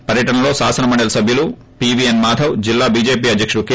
ఈ పర్యటనలో శాసన మండలి సభ్యుడు పివిఎస్ మాధవ్ జిల్లా బీజేపీ అధ్యకుడు కె